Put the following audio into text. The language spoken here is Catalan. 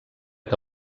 que